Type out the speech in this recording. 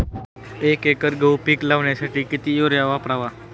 एक एकर गहू पीक लावण्यासाठी किती युरिया वापरावा?